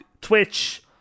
Twitch